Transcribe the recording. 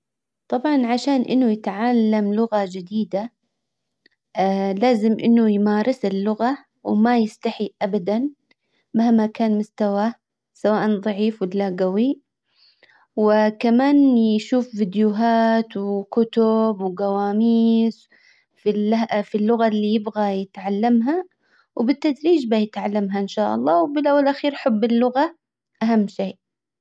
طبعا عشان انه يتعلم لغة جديدة لازم انه يمارس اللغة وما يستحي ابدا مهما كان مستواه سواء ضعيف ودلاه قوي وكمان يشوف فيديوهات وكتب وجواميس في في اللغة اللي يبغى يتعلمها وبالتدريج بيتعلمها ان شاء الله وبالاول والاخير حب اللغة اهم شئ.